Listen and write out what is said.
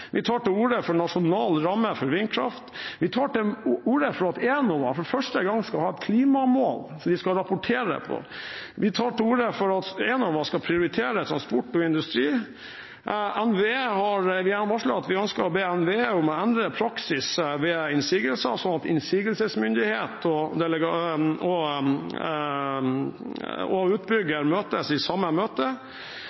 Vi tar til orde for nasjonal ramme for vindkraft. Vi tar til orde for at Enova for første gang skal ha et klimamål de skal rapportere på. Vi tar til orde for at Enova skal prioritere transport og industri. Vi har varslet at vi ønsker å be NVE om å endre praksis ved innsigelser, slik at innsigelsesmyndighet og